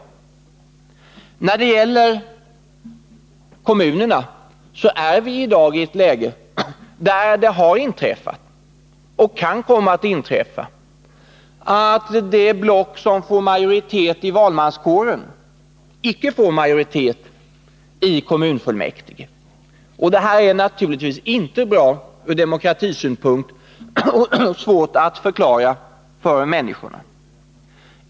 När det gäller kommunerna så är vi i dag i ett läge där det har inträffat och kan komma att inträffa att det block som får majoritet i valmanskåren icke får majoritet i kommunfullmäktige. Detta är naturligtvis inte bra ur demokratisynpunkt, och det är svårt att förklara för människorna.